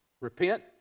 Repent